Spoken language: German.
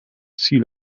ziel